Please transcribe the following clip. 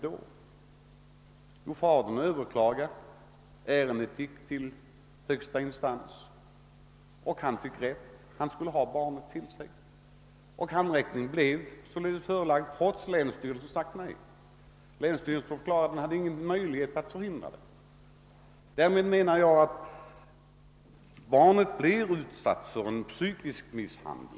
Jo, fadern överklagade och ärendet gick till högsta instans, där han fick rätt: fadern skulle ha barnet. Handräckning blev därför beordrad, trots att länsstyrelsen sagt nej. Man förklarade på länsstyrelsen att man inte hade någon möjlighet att förhindra detta. Jag menar att barnet därigenom utsatts för psykisk misshandel.